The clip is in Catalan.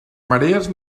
marees